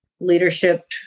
leadership